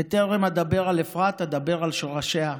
בטרם אדבר על אפרת, אדבר על שורשיה,